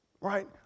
Right